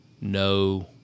No